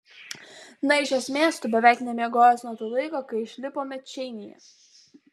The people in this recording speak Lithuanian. na iš esmės tu beveik nemiegojęs nuo to laiko kai išlipome čeinyje